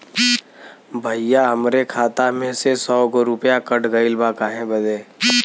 भईया हमरे खाता में से सौ गो रूपया कट गईल बा काहे बदे?